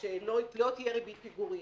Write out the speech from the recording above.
שקובע שלא תהיה ריבית פיגורים,